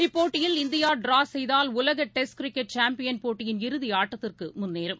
இப்போட்டயில் இந்தியாடிராசெய்தால் உலகடெஸ்ட் cricket champion போட்டயின் இறுதிஆட்டத்திற்குமுன்னேறும்